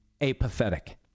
apathetic